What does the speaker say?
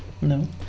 No